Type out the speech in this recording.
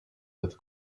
with